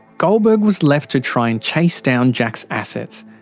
goldberg was left to try and chase down jack's assets.